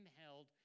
held